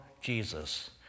Jesus